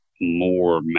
more